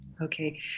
Okay